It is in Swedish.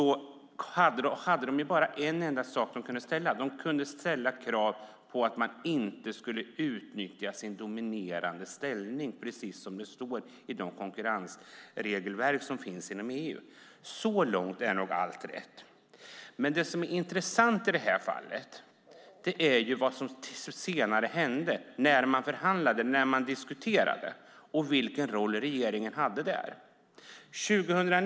Det enda krav man kunde ställa var att Svenska kraftnät i enlighet med de konkurrensregelverk som finns inom EU inte skulle utnyttja sin dominerande ställning. Så långt är allt rätt. Men det som är intressant i detta fall är vad som sedan hände när man förhandlade och diskuterade och vilken roll regeringen hade då.